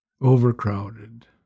Overcrowded